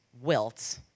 wilt